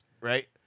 Right